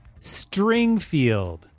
Stringfield